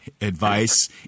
advice